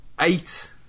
eight